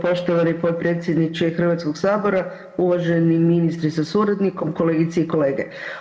Poštovani potpredsjedniče Hrvatskoga sabora, uvaženi ministre sa suradnikom, kolegice i kolege.